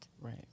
right